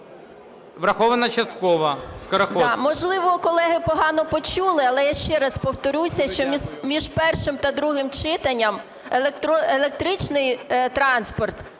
Врахована частково.